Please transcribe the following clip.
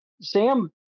Sam